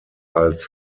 als